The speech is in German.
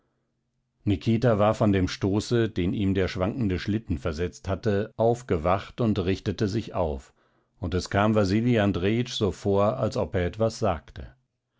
nikita war von dem stoße den ihm der schwankende schlitten versetzt hatte aufgewacht und richtete sich auf und es kam wasili andrejitsch so vor als ob er etwas sagte